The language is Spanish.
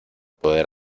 poder